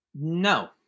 No